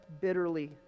bitterly